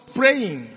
praying